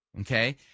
Okay